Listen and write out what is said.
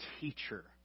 teacher